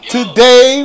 Today